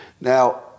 Now